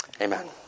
Amen